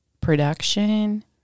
production